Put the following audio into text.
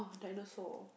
dinosaur